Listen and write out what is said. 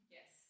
Yes